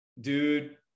dude